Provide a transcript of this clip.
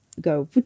go